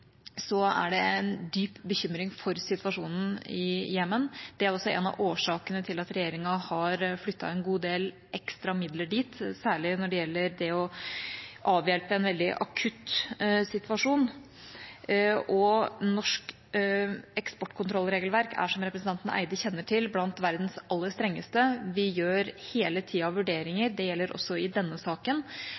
så gjelder spørsmålet om Jemen, er det en dyp bekymring for situasjonen der. Det er også en av årsakene til at regjeringa har flyttet en god del ekstra midler dit, særlig når det gjelder det å avhjelpe en veldig akutt situasjon. Norsk eksportkontrollregelverk er, som representanten Eide kjenner til, blant verdens aller strengeste. Vi gjør hele tida vurderinger – det gjelder også i denne saken